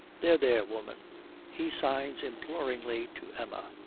there, there, woman he signs imploringly to emma.